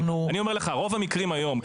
רוב המקרים היום,